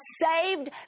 saved